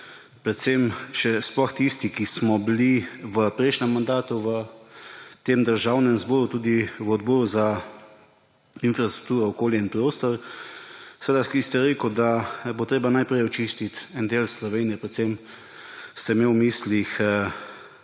strinjali, sploh tisti, ki smo bili v prejšnjem mandatu v Državnem zboru, tudi v Odboru za infrastrukturo, okolje in prostor, rekli ste, da bo treba najprej očistiti en del Slovenije, predvsem ste imeli v mislih